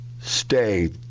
stay